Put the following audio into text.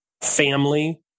family